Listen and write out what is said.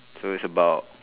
so is about